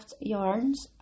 Yarns